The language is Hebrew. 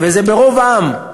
וזה ברוב עם.